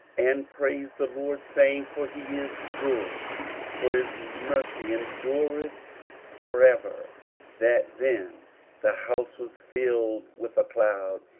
and praised the lord, saying, for he is good for his mercy endureth for ever that then the house was filled with a cloud,